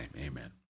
amen